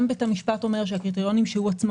גם בית המשפט אומר שהקריטריונים שהוא עצמו